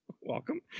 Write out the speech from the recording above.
Welcome